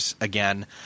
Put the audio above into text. Again